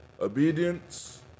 obedience